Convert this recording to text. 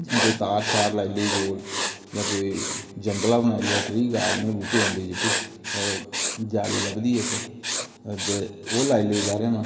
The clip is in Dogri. जां कोई तार शार लाई लेई गोल जां कोई जंगला बनाई लेआ ट्री गार्ड बूहटे होंदे जेहके जाली लभदी ऐ इक दे ओह् लाई ली बारें तां